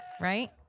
right